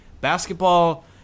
basketball